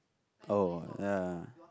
oh ya